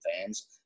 fans